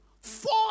Four